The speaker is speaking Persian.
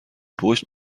پشت